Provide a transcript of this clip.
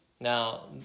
Now